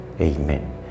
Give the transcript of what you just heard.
amen